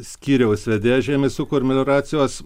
skyriaus vedėja žemės ūkio ir melioracijos